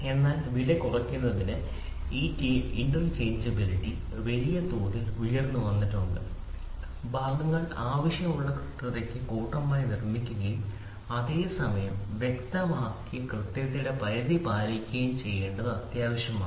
അതിനാൽ വില കുറയ്ക്കുന്നതിന് ഈ ഇന്റർചേഞ്ച്ബിലിറ്റി വലിയ തോതിൽ ഉയർന്നുവന്നിട്ടുണ്ട് ഭാഗങ്ങൾ ആവശ്യമുള്ള കൃത്യതയ്ക്ക് കൂട്ടമായി നിർമ്മിക്കുകയും അതേ സമയം വ്യക്തമാക്കിയ കൃത്യതയുടെ പരിധി പാലിക്കുകയും ചെയ്യേണ്ടത് അത്യാവശ്യമാണ്